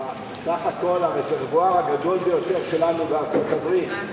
סך הכול הרפרטואר הגדול ביותר שלנו בארצות-הברית,